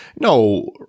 no